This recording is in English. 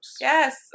Yes